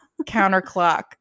Counterclock